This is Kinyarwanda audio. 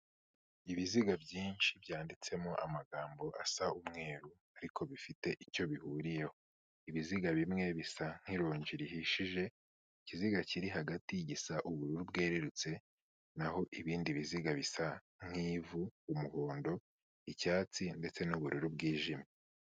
Ibiziga byinshi byanditsemo amagambo asa umweru ariko bifite icyo bihuriyeho. Ibiziga bimwe bisa nk'ironji rihishije, ikiziga kiri hagati gisa ubururu bwerurutse, naho ibindi biziga bisa nk'ivu, umuhondo, icyatsi ndetse n'ubururu bwijimye.